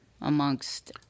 amongst